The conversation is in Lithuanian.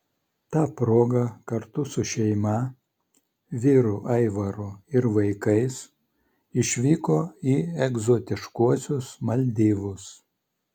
ta proga kartu su šeima vyru aivaru ir vaikais išvyko į egzotiškuosius maldyvus